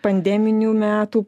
pandeminių metų